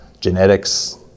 genetics